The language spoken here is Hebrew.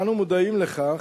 אנו מודעים לכך,